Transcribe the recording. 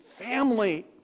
Family